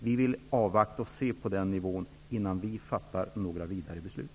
Vi vill avvakta beslutet om den nivån innan vi fattar några vidare beslut.